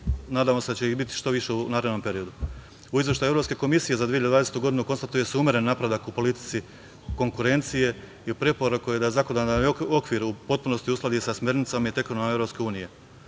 nadamo se da će ih biti što više u narednom periodu.U izveštaju Evropske komisije za 2020. godinu konstatuje se umeren napredak u politici konkurencije. Preporuka je da u zakonodavnom okviru u potpunosti uskladi sa smernicama i tekovinama EU.